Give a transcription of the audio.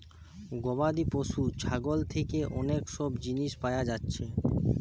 গবাদি পশু ছাগল থিকে অনেক সব জিনিস পায়া যাচ্ছে